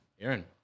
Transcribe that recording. Aaron